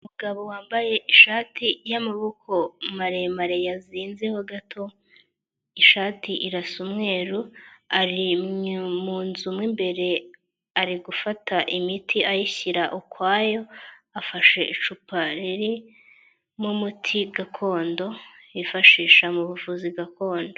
Umugabo wambaye ishati y'amaboko maremare yazinzeho gato, ishati irasa umweru, ari mu nzu mu imbere ari gufata imiti ayishyira ukwayo, afashe icupa ririmo umuti gakondo yifashisha mu buvuzi gakondo.